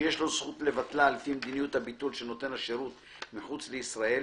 שיש לו זכות לבטלה לפי מדיניות הביטול של נותן השירות מחוץ לישראל,